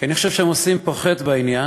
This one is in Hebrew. כי אני חושב שהם עושים פה חטא בעניין.